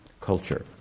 culture